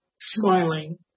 smiling